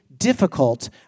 difficult